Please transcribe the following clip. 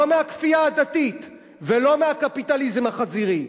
לא מהכפייה הדתית ולא מהקפיטליזם החזירי.